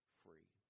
free